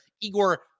Igor